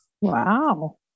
Wow